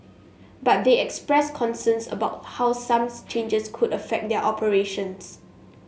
but they expressed concerns about how some changes could affect their operations